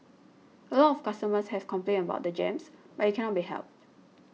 a lot of customers have complained about the jams but it cannot be helped